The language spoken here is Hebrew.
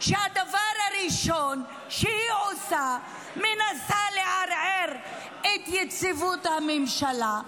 שהדבר הראשון שהיא עושה: מנסה לערער את יציבות הממשלה,